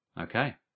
Okay